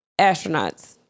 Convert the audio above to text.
astronauts